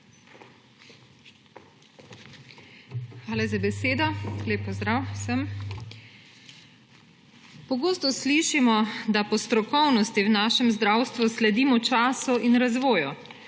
Hvala za besedo. Lep pozdrav vsem! Pogosto slišimo, da po strokovnosti v našem zdravstvu sledimo času in razvoju.